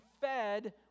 fed